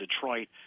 Detroit